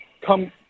come